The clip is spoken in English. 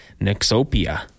nexopia